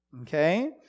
Okay